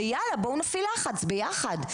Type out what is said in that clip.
ויאללה בואו נפעיל לחץ ביחד.